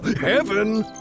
Heaven